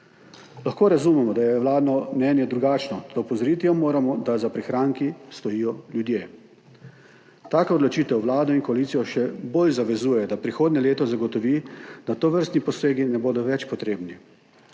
Lahko razumemo, da je vladno mnenje drugačno, a opozoriti jo moramo, da za prihranki stojijo ljudje. Taka odločitev vlado in koalicijo še bolj zavezuje, da prihodnje leto zagotovi, da tovrstni posegi ne bodo več potrebni.